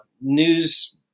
news